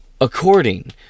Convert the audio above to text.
According